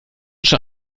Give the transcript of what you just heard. schon